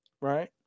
right